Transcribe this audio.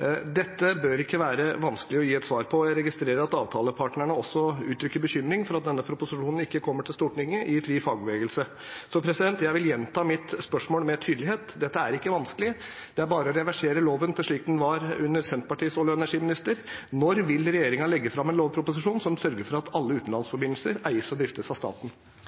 Dette bør det ikke være vanskelig å gi et svar på. Jeg registrerer – på nyhetsportalen FriFagbevegelse – at avtalepartnerne også uttrykker bekymring for at denne proposisjonen ikke kommer til Stortinget. Jeg vil gjenta mitt spørsmål med tydelighet – og dette er ikke vanskelig, det er bare å reversere loven til slik den var under Senterpartiets olje- og energiminister: Når vil regjeringen legge fram en lovproposisjon som sørger for at alle utenlandsforbindelser eies og driftes av staten?